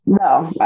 No